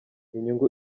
inyungu